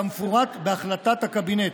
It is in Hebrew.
כמפורט בהחלטת הקבינט.